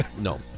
No